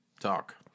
talk